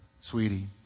sweetie